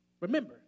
Remember